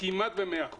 כמעט ב-100%,